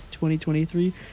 2023